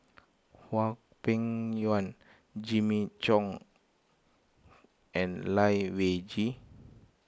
Hwang Peng Yuan Jimmy Chok and Lai Weijie